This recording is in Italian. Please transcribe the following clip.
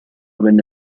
venne